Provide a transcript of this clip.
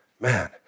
man